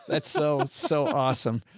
that's so, so awesome.